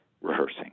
rehearsing